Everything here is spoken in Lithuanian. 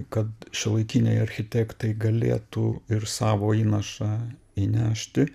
kad šiuolaikiniai architektai galėtų ir savo įnašą įnešti